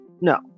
no